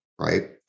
right